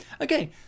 Okay